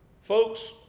Folks